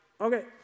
okay